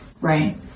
Right